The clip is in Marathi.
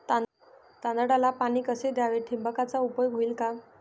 तांदळाला पाणी कसे द्यावे? ठिबकचा उपयोग होईल का?